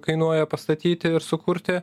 kainuoja pastatyti ir sukurti